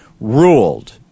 ruled